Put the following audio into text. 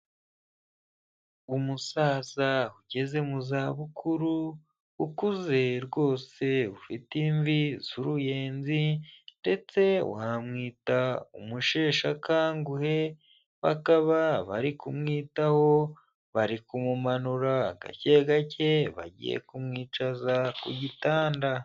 Umusaza ugeze mu za bukuru ukuze rwose ufite imvi z'uruyenzi ndetse wamwita umusheshakanguhe, bakaba bari kumwitaho bari kumumanura gake gake, bagiye kumwicaza ku gitanda.